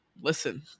listen